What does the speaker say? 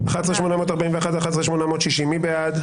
11,841 עד 11,860, מי בעד?